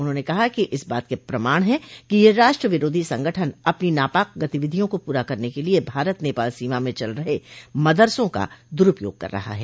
उन्होंन कहा कि इस बात के प्रमाण हैं कि यह राष्ट्र विरोधी संगठन अपनी नापाक गतिविधियों को पूरा करने के लिये भारत नेपाल सीमा में चल रहे मदरसो का दुरूपयोग कर रहा है